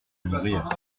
nourrir